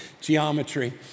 geometry